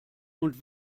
und